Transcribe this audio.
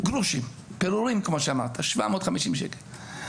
גרושים, פירורים כמו שאמרת, 750 שקלים.